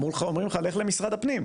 אמרו לך ללכת למשרד הפנים,